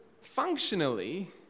functionally